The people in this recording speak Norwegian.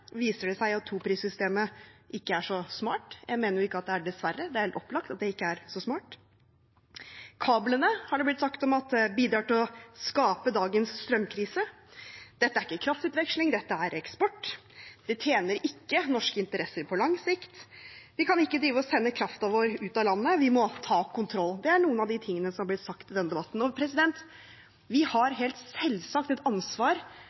det «dessverre» viser seg at toprissystemet ikke er så smart. Jeg mener jo at det ikke er «dessverre» – det er helt opplagt at det ikke er så smart. Om kablene har det blitt sagt at de bidrar til å skape dagens strømkrise, at dette ikke er kraftutveksling, det er eksport, det tjener ikke norske interesser på lang sikt, vi kan ikke drive og sende kraften vår ut av landet, vi må ta kontroll. Det er noen av de tingene som er blitt sagt i denne debatten. Vi har helt selvsagt et